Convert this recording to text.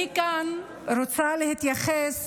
אני רוצה להתייחס